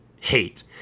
hate